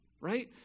Right